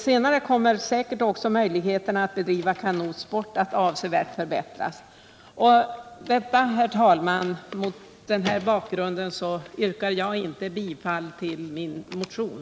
Senare kommer säkert också möjligheterna att bedriva kanotsport att förbättras. Herr talman! Mot denna bakgrund yrkar jag inte bifall till min motion.